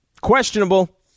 Questionable